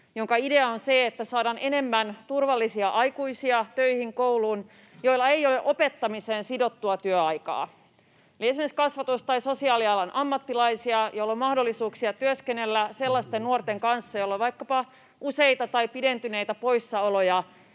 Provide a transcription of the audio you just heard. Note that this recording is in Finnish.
jonka idea on se, että saadaan kouluun töihin enemmän turvallisia aikuisia, joilla ei ole opettamiseen sidottua työaikaa. Eli esimerkiksi kasvatus- tai sosiaalialan ammattilaisia, joilla on mahdollisuuksia työskennellä sellaisten nuorten kanssa, joilla on vaikkapa useita tai pidentyneitä poissaoloja,